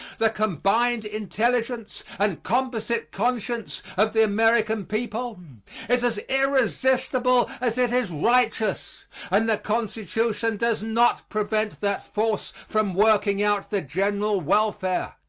the combined intelligence and composite conscience of the american people is as irresistible as it is righteous and the constitution does not prevent that force from working out the general welfare.